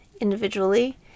individually